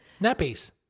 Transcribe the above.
Nappies